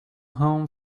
home